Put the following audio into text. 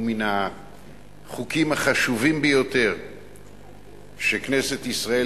הוא מן החוקים החשובים ביותר שכנסת ישראל